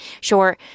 sure